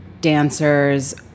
dancers